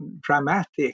dramatic